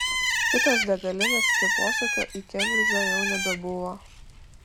kitos degalinės iki posūkio į kembridžą jau nebebuvo